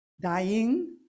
dying